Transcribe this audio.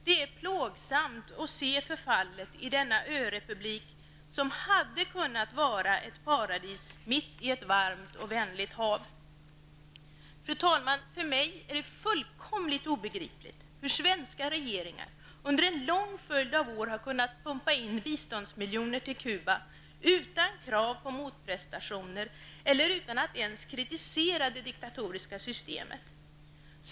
Det är plågsamt att se förfallet i denna örepublik, som hade kunnat vara ett paradis mitt i ett varmt och vänligt hav. Fru talman! För mig är det fullkomligt obegripligt hur svenska regeringar under en lång följd av år har kunnat pumpa in biståndsmiljoner till Cuba utan krav på motprestationer eller utan att ens kritisera det diktatoriska systemet.